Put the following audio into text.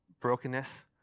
brokenness